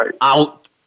out